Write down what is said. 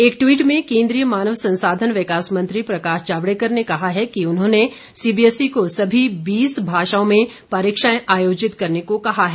एक ट्वीट में केन्द्रीय मानव संसाधन विकास मंत्री प्रकाश जावड़ेकर ने कहा है कि उन्होंने सीबीएसई को सभी बीस भाषाओं में परीक्षाएं आयोजित करने को कहा है